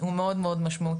הוא מאוד משמעותי.